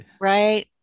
right